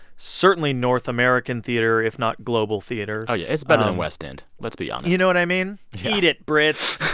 certainly, north american theater, if not global theater oh, yeah, it's better than west end. let's be um honest you know what i mean? eat it, brits.